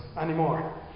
anymore